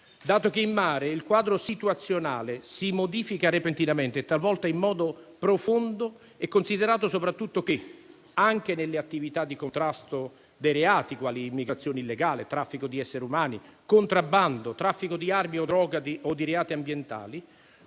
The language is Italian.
dato che in mare il quadro situazionale si modifica repentinamente, talvolta in modo profondo, e considerato soprattutto che, anche nelle attività di contrasto dei reati quali immigrazione illegale, traffico di esseri umani, contrabbando, traffico di armi o droga o di reati ambientali,